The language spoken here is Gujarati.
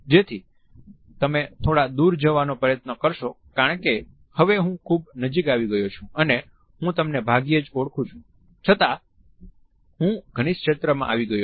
જેથી તમે થોડા દૂર જવાનો પ્રયત્ન કરશો કારણ કે હવે હું ખુબ નજીક આવી ગયો છું અને હું તમને ભાગ્યેજ ઓળખું છું છતાં હું ઘનિષ્ઠ ક્ષેત્રમાં આવી ગયો છું